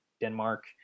denmark